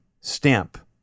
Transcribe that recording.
stamp